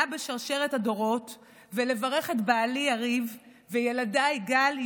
בשרשרת הדורות ולברך את בעלי יריב וילדיי גל,